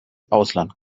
ausland